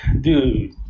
dude